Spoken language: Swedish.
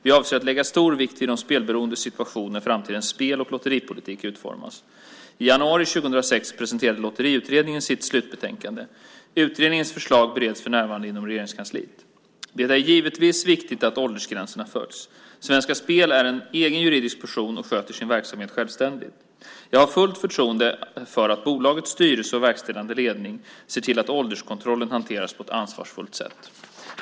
Jag avser att lägga stor vikt vid de spelberoendes situation när framtidens spel och lotteripolitik utformas. I januari 2006 presenterade Lotteriutredningen sitt slutbetänkande. Utredningens förslag bereds för närvarande inom Regeringskansliet. Det är givetvis viktigt att åldersgränserna följs. Svenska Spel är en egen juridisk person och sköter sin verksamhet självständigt. Jag har fullt förtroende för att bolagets styrelse och verkställande ledning ser till att ålderskontrollen hanteras på ett ansvarsfullt sätt.